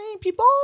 people